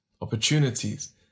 opportunities